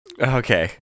Okay